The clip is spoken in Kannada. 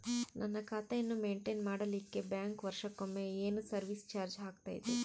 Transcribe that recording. ನನ್ನ ಖಾತೆಯನ್ನು ಮೆಂಟೇನ್ ಮಾಡಿಲಿಕ್ಕೆ ಬ್ಯಾಂಕ್ ವರ್ಷಕೊಮ್ಮೆ ಏನು ಸರ್ವೇಸ್ ಚಾರ್ಜು ಹಾಕತೈತಿ?